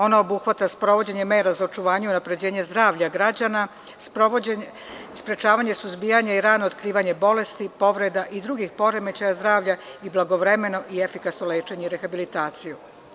Ona obuhvata sprovođenje mera za očuvanje i unapređenje zdravlja građana, sprečavanje suzbijanje i rano otkrivanje bolesti, povreda i drugih poremećaja zdravlja i blagovremeno i efikasno lečenje rehabilitaciju.